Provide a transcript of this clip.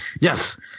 Yes